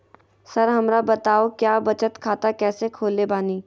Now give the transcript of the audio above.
Sir हमरा बताओ क्या बचत खाता कैसे खोले बानी?